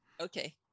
okay